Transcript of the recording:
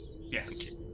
Yes